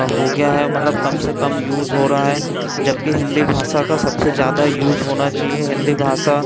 हो गया है मतलब कम से कम यूज़ हो रहा है जबकि हिंदी भाषा का सबसे ज्यादा यूज़ होना चाहिए हिंदी भाषा